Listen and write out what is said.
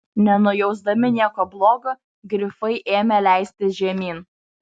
nenujausdami nieko blogo grifai ėmė leistis žemyn